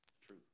true